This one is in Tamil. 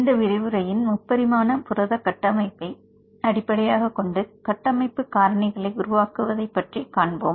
இந்த விரிவுரையில் முப்பரிமான புரத கட்டமைப்பை அடிப்படையாகக் கொண்டு கட்டமைப்பு காரணிகளை உருவாக்குவதைப் பற்றி காண்போம்